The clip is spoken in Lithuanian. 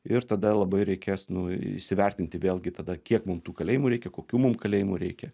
ir tada labai reikės nu įsivertinti vėlgi tada kiek mum tų kalėjimų reikia kokių mum kalėjimų reikia